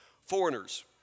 foreigners